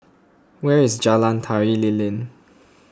where is Jalan Tari Lilin